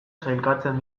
sailkatzen